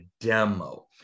demo